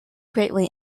greatly